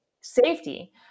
safety